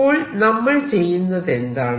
അപ്പോൾ നമ്മൾ ചെയ്യുന്നതെന്താണ്